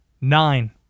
Nine